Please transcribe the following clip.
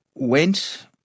Went